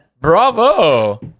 Bravo